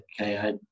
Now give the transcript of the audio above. okay